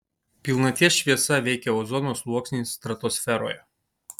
pilnaties šviesa veikia ozono sluoksnį stratosferoje